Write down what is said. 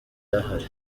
ahari